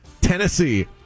Tennessee